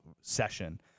session